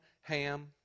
Ham